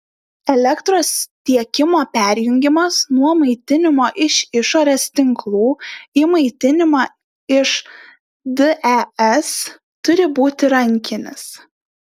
elektros tiekimo perjungimas nuo maitinimo iš išorės tinklų į maitinimą iš des turi būti rankinis